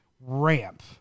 Ramp